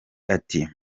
ati